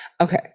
okay